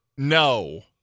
No